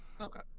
Okay